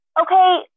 Okay